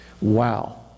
Wow